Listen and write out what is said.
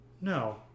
no